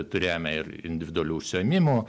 turėjome ir individualių užsiėmimų